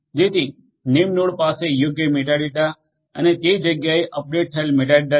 જેથી નેમનોડ પાસે યોગ્ય મેટાડેટા અને તે જગ્યાએ અપડેટ થયેલ મેટાડેટા છે